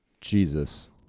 Jesus